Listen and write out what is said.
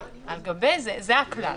זה הכלל.